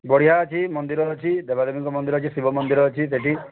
ବଢ଼ିଆ ଅଛି ମନ୍ଦିର ଅଛି ଦେବାଦେବୀ ଙ୍କ ମନ୍ଦିର ଅଛି ଶିବ ମନ୍ଦିର ଅଛି ସେଠି